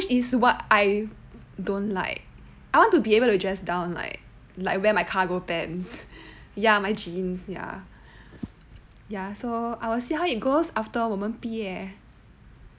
ya which is what I don't like I want to be able to dress down like like where my cargo pants ya my jeans ya ya so I will see how it goes after 我们毕业